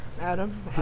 Adam